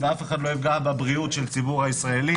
ואף אחד לא יפגע בבריאות של הציבור הישראלי,